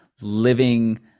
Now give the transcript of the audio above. living